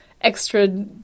extra